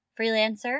freelancer